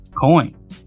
coin